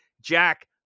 Jack